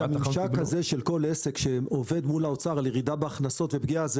הממשק של כל עסק שעובד מול האוצר על ירידה בהכנסות ופגיעה,